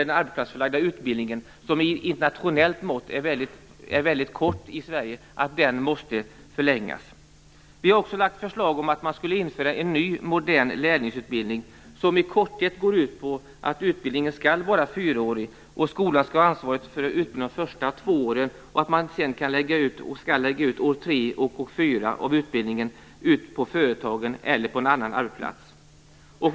Den arbetsplatsförlagda utbildningen, som i internationell jämförelse är väldigt kort i Sverige, måste förlängas. Vi har lagt fram förslag om att man borde införa en ny, modern lärlingsutbildning. I korthet går den ut på att utbildningen skall vara fyraårig och att skolan skall ha ansvaret för de första två årens utbildning. Sedan skall man lägga ut år tre och fyra på företag eller annan arbetsplats.